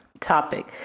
topic